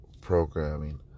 programming